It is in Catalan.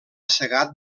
segat